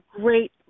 great